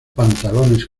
pantalones